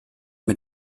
mit